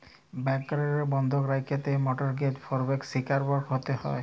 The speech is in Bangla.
ব্যাংকেরলে বন্ধক রাখল্যে মরটগেজ ফরডের শিকারট হ্যতে হ্যয়